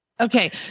Okay